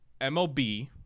MLB